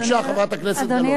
בבקשה, חברת הכנסת גלאון.